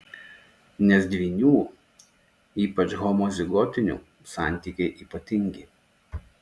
nes dvynių ypač homozigotinių santykiai ypatingi